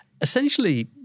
essentially